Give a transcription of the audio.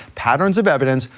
patterns of evidence,